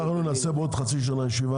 אנחנו נעשה בעוד חצי שנה ישיבה,